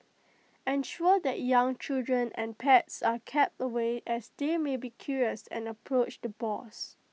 ensure that young children and pets are kept away as they may be curious and approach the boars